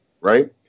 right